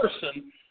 person